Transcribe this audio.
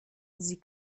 sie